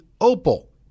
Opal